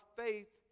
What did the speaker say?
faith